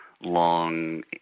long